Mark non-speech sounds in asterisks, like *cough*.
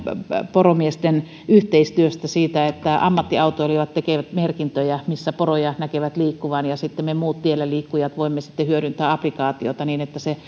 poromiesten yhteistyöstä siitä että ammattiautoilijat tekevät merkintöjä missä poroja näkevät liikkuvan ja sitten me muut tielläliikkujat voimme hyödyntää applikaatiota niin että se *unintelligible*